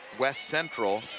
west central.